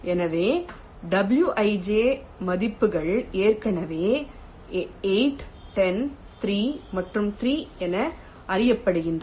எனவே wij மதிப்புகள் ஏற்கனவே 8 10 3 மற்றும் 3 என அறியப்படுகின்றன